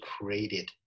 created